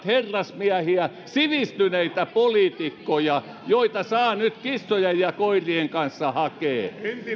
herrasmiehiä sivistyneitä poliitikkoja joita saa nyt kissojen ja koirien kanssa hakea